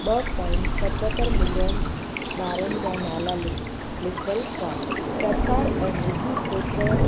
ॿ पॉईंट सततर मिलियन ॿारनि जा नाला लिख लिखियलु हुआ सरकारु ऐं निजी खेत्र